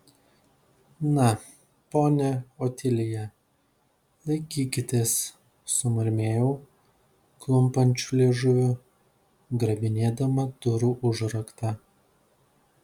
na ponia otilija laikykitės sumurmėjau klumpančiu liežuviu grabinėdama durų užraktą